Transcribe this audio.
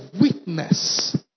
witness